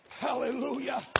Hallelujah